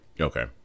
okay